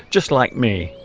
just like me